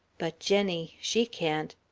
but jenny she can't.